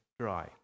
dry